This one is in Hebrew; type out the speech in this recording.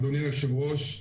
אדוני היושב-ראש,